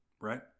right